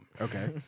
Okay